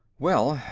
well,